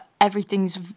everything's